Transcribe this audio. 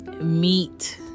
meet